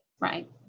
Right